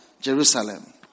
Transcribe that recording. Jerusalem